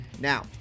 Now